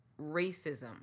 racism